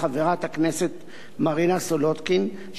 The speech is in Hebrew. חברת הכנסת מרינה סולודקין,